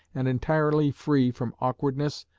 and entirely free from awkwardness,